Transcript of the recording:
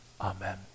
Amen